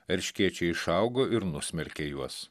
erškėčiai išaugo ir nusmerkė juos